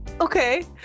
Okay